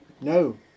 No